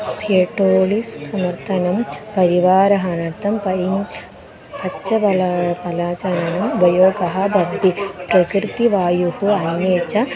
फेटोलिस् समर्तनं परिवारहनात्तं पैन् पच्चगला पलाचाननम् उपयोगः भवति प्रकृतिवायुः अन्ये च